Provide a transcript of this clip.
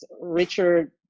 richard